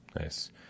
Nice